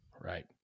Right